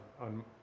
on